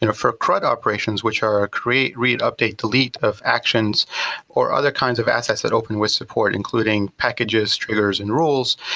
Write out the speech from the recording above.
and for a crud operations, which are create read update delete of actions or other kinds of assets that open with support including packages, triggers and rules.